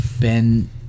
Ben